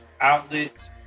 outlets